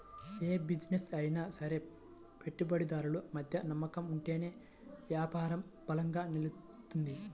యే బిజినెస్ అయినా సరే పెట్టుబడిదారులు మధ్య నమ్మకం ఉంటేనే యాపారం బలంగా నిలుత్తది